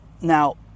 Now